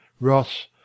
Ross